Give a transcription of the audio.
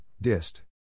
dist